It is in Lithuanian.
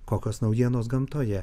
kokios naujienos gamtoje